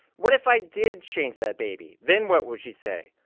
what if i did change that baby? then what would she say?